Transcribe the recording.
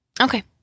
Okay